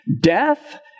death